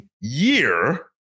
year